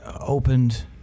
opened